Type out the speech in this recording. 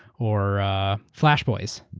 or flash boys.